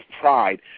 pride